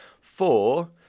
four